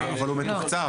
אבל הוא מתוקצב.